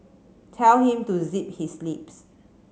tell him to zip his lips